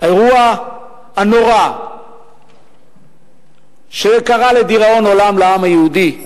האירוע הנורא שקרה לדיראון עולם לעם היהודי,